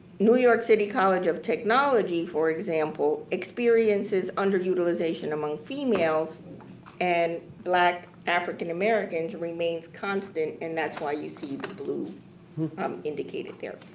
new york city college of technology for example experiences underutilization among females and black african-americans remains constant and that's why you see the blue indicated there.